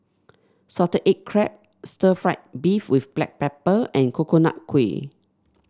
Salted Egg Crab Stir Fried Beef with Black Pepper and Coconut Kuih